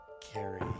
Carrie